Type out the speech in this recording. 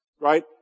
Right